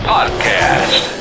Podcast